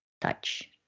touch